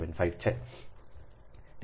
75 છે